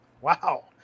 Wow